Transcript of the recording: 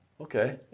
Okay